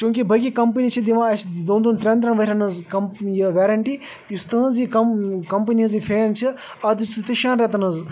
چوٗنٛکہ باقٕے کَمپٔنی چھِ دِوان اَسہِ دوٚن دوٚن ترٛیَٚن ترٛیٚن ؤرۍ یَن ہٕنٛز کَم یہِ ویرَنٹی یُس تُہٕںٛز یہِ کَم کَمپٔنی ہٕنٛز فین چھِ اَتھ دِژوُ تُۄہہ شیٚن رٮ۪تَن ہٕنٛز